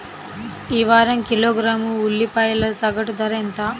ఈ వారం కిలోగ్రాము ఉల్లిపాయల సగటు ధర ఎంత?